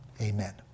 amen